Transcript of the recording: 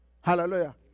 Hallelujah